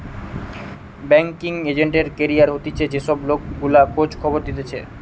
banking agent এর career হতিছে যে সব লোক গুলা খোঁজ খবর দিতেছে